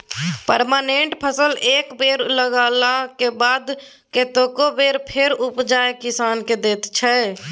permanent फसल एक बेर लगेलाक बाद कतेको बेर फर उपजाए किसान केँ दैत छै